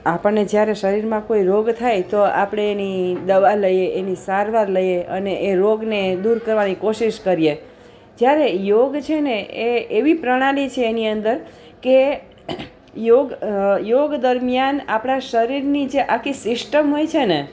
આપણને જ્યારે શરીરમાં કોઈ રોગ થાય તો આપણે એની દવા લઈએ એની સારવાર લઈએ અને એ રોગને દૂર કરવાની કોશિશ કરીએ જ્યારે યોગ છે ને એ એવી પ્રણાલી છે એની અંદર કે યોગ યોગ દરમિયાન આપણાં શરીરની જે આખી સિસ્ટમ હોય છે ને